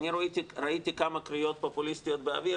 אני ראיתי כמה קריאות פופוליסטיות באוויר